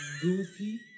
Goofy